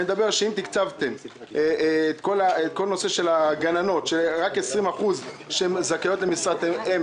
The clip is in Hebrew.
אני מדבר שאם תקצבתם את כל הנושא של הגננות שרק 20% זכאיות למשרת אם,